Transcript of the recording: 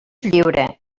lliure